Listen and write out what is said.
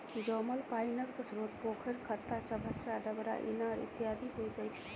जमल पाइनक स्रोत पोखैर, खत्ता, चभच्चा, डबरा, इनार इत्यादि होइत अछि